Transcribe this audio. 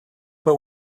but